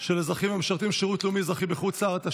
של אזרחים המשרתים שירות לאומי-אזרחי בחוץ לארץ),